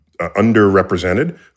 underrepresented